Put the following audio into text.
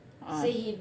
ah